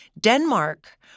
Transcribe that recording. Denmark